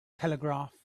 telegraph